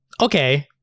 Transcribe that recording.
okay